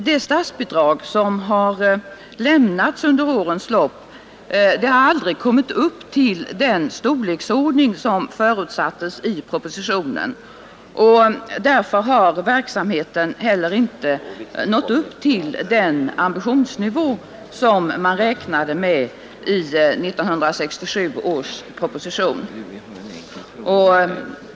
Det statsbidrag som har lämnats under årens lopp har emellertid aldrig kommit upp till den storleksordning som förutsattes i propositionen. Därför har verksamheten heller inte nått upp till den ambitionsnivå som man räknade med i 1967 års proposition.